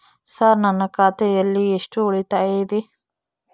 Sir ನನ್ನ ಖಾತೆಯಲ್ಲಿ ಎಷ್ಟು ಉಳಿತಾಯ ಇದೆ?